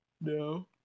No